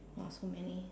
!wah! so many